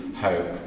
hope